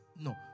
no